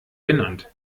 genannt